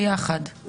ביחד.